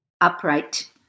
upright